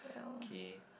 kay